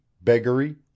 beggary